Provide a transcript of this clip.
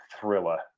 thriller